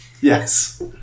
Yes